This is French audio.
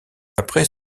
après